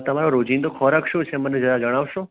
તમારો રોજિંદો ખોરાક શું છે જરા મને જણાવશો